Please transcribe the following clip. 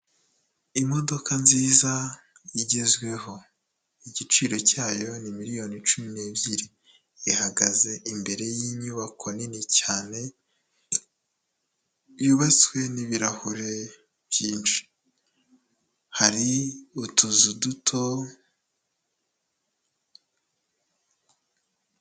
Imodoka nziza igezweho, igiciro cyayo ni miriyoni cumi n'ebyiri, ihagaze imbere y'inyubako nini cyane yubatswe n'ibirahure byinshi, hari utuzu duto.